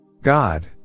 God